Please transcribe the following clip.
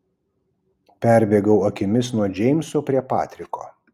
perbėgau akimis nuo džeimso prie patriko